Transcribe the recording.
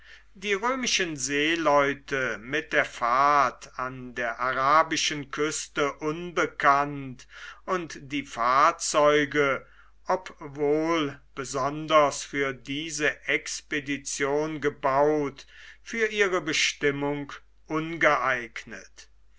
die römischen seeleute mit der fahrt an der arabischen küste unbekannt und die fahrzeuge obwohl besonders für diese expedition gebaut für ihre bestimmung ungeeignet